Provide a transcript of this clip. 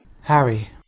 Harry